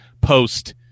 post